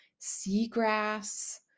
seagrass